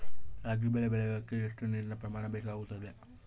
ರಾಗಿ ಬೆಳೆ ಬೆಳೆಯೋಕೆ ಎಷ್ಟು ನೇರಿನ ಪ್ರಮಾಣ ಬೇಕಾಗುತ್ತದೆ?